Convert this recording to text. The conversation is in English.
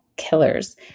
killers